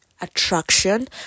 attraction